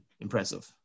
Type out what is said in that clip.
impressive